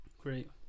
Great